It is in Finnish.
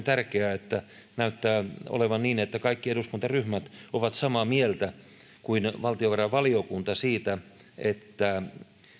tärkeää että näyttää olevan niin että kaikki eduskuntaryhmät ovat samaa mieltä kuin valtiovarainvaliokunta siitä että